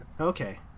Okay